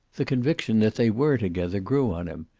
the conviction that they were together grew on him,